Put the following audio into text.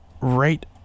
right